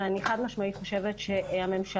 ואני חד משמעית חושבת שהממשלה,